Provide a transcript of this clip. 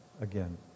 again